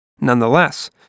Nonetheless